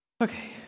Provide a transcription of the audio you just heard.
Okay